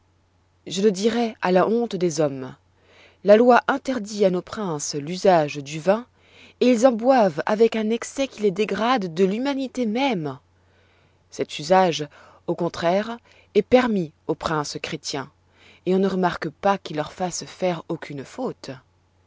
je le dirai à la honte des hommes la loi interdit à nos princes l'usage du vin et ils en boivent avec un excès qui les dégrade de l'humanité même cet usage au contraire est permis aux princes chrétiens et on ne remarque pas qu'il leur fasse faire aucune faute